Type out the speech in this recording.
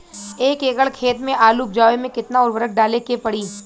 एक एकड़ खेत मे आलू उपजावे मे केतना उर्वरक डाले के पड़ी?